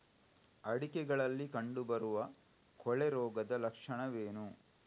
ಅಡಿಕೆಗಳಲ್ಲಿ ಕಂಡುಬರುವ ಕೊಳೆ ರೋಗದ ಲಕ್ಷಣವೇನು?